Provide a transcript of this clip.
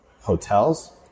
hotels